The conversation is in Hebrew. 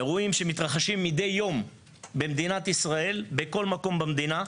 אירועים שמתרחשים מדי יום במדינת ישראל בכל מקום במדינה.